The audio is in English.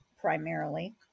primarily